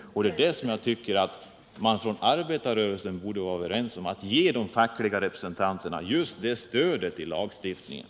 Vad jag tycker är att man inom arbetarrörelsen skulle vara överens om att ge de fackliga representanterna just det stödet i lagstiftningen.